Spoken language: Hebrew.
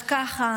אז ככה,